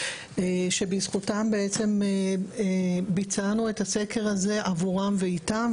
שבזכותם בעצם ביצענו את הסקר הזה עבורם ואיתם.